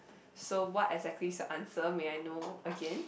so what exactly is the answer may I know again